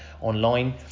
online